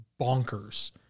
bonkers